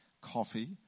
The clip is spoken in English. coffee